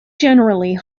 generally